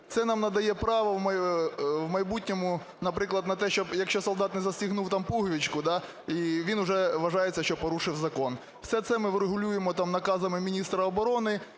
Це нам надає право в майбутньому, наприклад, на те, що якщо солдат не застібнув там пуговичку, і він уже вважається, що порушив закон. Все це ми врегулюємо наказами міністра оборони